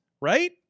right